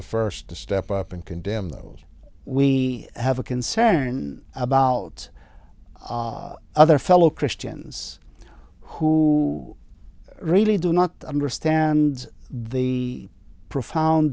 the first to step up and condemn those we have a concern about other fellow christians who really do not understand the profound